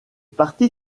parti